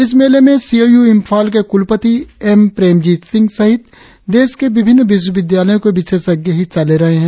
इस मेले में सी ए यू इंफाल के कुलपति एम प्रेमजीत सिंह सहित देश के विभिन्न विश्वविद्यालयों के विशेषज्ञ हिस्सा ले रहे है